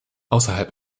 außerhalb